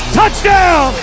touchdown